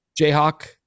Jayhawk